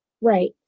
Right